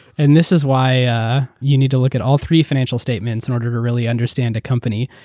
and this is why yeah you need to look at all three financial statements in order to really understand the company.